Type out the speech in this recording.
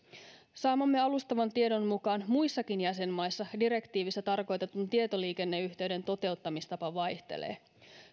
saamamme alustavan tiedon mukaan muissakin jäsenmaissa direktiivissä tarkoitetun tietoliikenneyhteyden toteuttamistapa vaihtelee